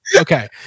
Okay